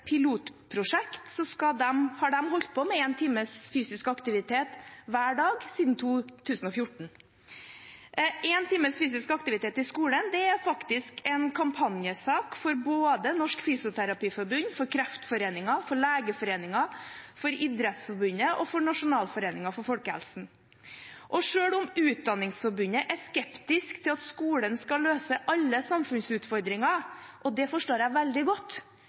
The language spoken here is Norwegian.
pilotprosjekt har de holdt på med én times fysisk aktivitet hver dag siden 2014. Én times fysisk aktivitet i skolen er faktisk en kampanjesak, både for Norsk Fysioterapeutforbund, for Kreftforeningen, for Legeforeningen, for Norges idrettsforbund og for Nasjonalforeningen for folkehelsen. Og selv om Utdanningsforbundet er skeptiske til at skolen skal løse alle samfunnsutfordringer – og det forstår jeg veldig godt